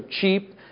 cheap